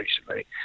recently